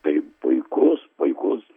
tai puikus puikus